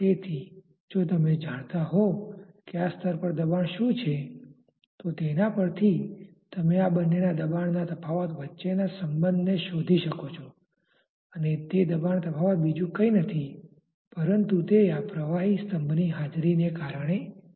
તેથી જો તમે જાણતા હો કે આ સ્તર પર દબાણ શું છે તો તેના પરથી તમે આ બંનેના દબાણના તફાવત વચ્ચેના સંબંધને શોધી શકો છો અને તે દબાણ તફાવત બીજુ કંઈ નથી પરંતુ તે આ પ્રવાહી સ્તંભની હાજરીને કારણે છે